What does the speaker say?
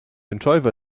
entscheiva